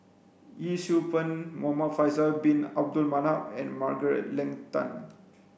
Yee Siew Pun Muhamad Faisal Bin Abdul Manap and Margaret Leng Tan